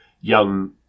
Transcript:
young